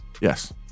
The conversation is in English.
yes